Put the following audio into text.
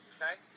Okay